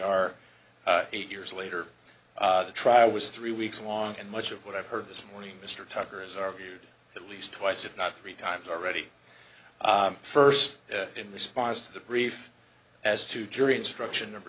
eight years later the trial was three weeks long and much of what i've heard this morning mr tucker has argued at least twice if not three times already first in response to the brief as to jury instruction number